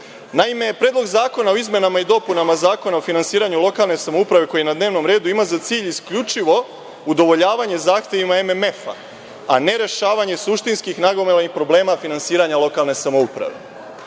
Naime, Predlog zakona o izmenama i dopunama Zakona o finansiranju lokalne samouprave, koji je na dnevnom redu, ima za cilj isključivo udovoljavanje zahtevima MMF-a, a ne rešavanju suštinskih nagomilanih problema finansiranja lokalne samouprave. Dakle,